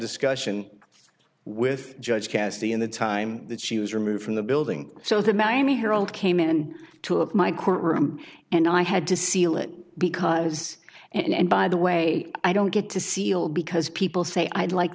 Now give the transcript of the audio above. discussion with judge cast in the time that she was removed from the building so the mammy herald came in two of my courtroom and i had to seal it because and by the way i don't get to seal because people say i'd like